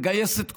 לגייס את כולם?